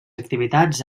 activitats